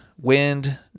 wind